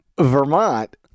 Vermont